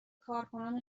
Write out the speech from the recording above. کارکنان